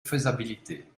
faisabilité